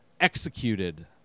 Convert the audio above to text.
executed